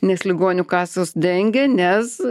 nes ligonių kasos dengia nes